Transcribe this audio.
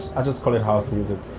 i just call it house music.